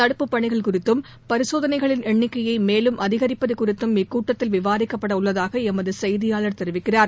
தடுப்புப்பணிகள் குறித்தும் பரிசோதனைகளின் எண்ணிக்கையை மேலும் அதிகரிப்பது குறித்தும் இக்கூட்டத்தில் விவாதிக்கப்படவுள்ளதாக எமது செய்தியாளர் தெரிவிக்கிறார்